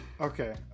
Okay